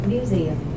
Museum